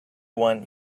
want